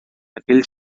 aquell